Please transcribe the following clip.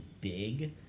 big